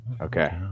okay